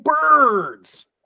birds